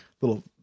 little